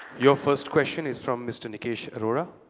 your first question is from mr. nikesh arora.